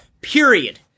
period